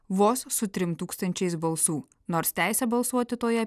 vos su trim tūkstančiais balsų nors teisę balsuoti toje